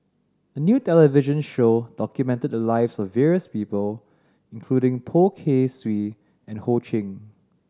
a new television show documented the lives of various people including Poh Kay Swee and Ho Ching